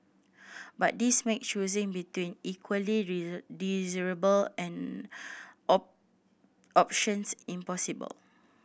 but this makes choosing between equally desirable and options impossible